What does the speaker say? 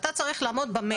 אתה צריך לעמוד ב-100.